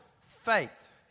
faith